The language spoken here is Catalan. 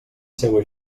seua